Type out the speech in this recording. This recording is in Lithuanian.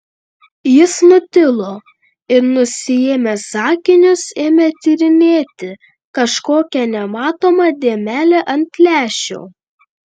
jis nutilo ir nusiėmęs akinius ėmė tyrinėti kažkokią nematomą dėmelę ant lęšio